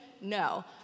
No